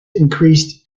increased